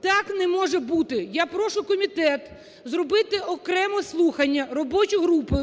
Так не може бути, я прошу комітет, зробити окреме слухання, робочу групу,